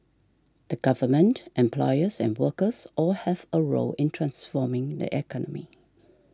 the Government employers and workers all have a role in transforming the economy